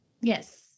Yes